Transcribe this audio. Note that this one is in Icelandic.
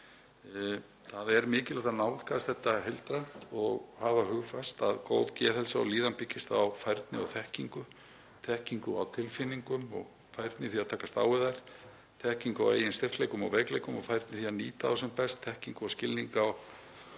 Það er mikilvægt að nálgast þetta heildrænt og hafa hugfast að góð geðheilsa og líðan byggist á færni og þekkingu, þekkingu á tilfinningum og færni í því að takast á við þær, þekkingu á eigin styrkleikum og veikleikum og færni í því að nýta þá sem best, þekkingu og skilning á